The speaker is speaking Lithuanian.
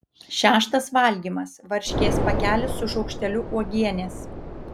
šeštas valgymas varškės pakelis su šaukšteliu uogienės